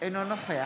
עניין תקציבי,